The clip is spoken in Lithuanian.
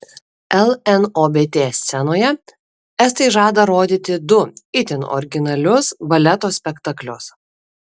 lnobt scenoje estai žada rodyti du itin originalius baleto spektaklius